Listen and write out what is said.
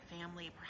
family